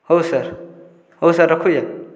ହଉ ସାର୍ ହଉ ସାର୍ ରଖୁଚେଁ